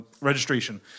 registration